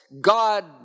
God